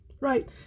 Right